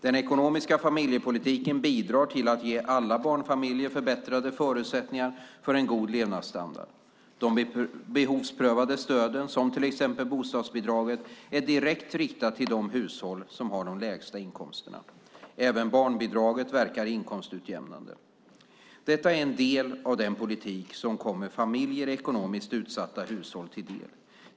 Den ekonomiska familjepolitiken bidrar till att ge alla barnfamiljer förbättrade förutsättningar för en god levnadsstandard. De behovsprövade stöden, till exempel bostadsbidraget, är direkt riktade till de hushåll som har de lägsta inkomsterna. Även barnbidraget verkar inkomstutjämnande. Detta är en del av den politik som kommer familjer i ekonomiskt utsatta hushåll till del.